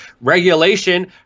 regulation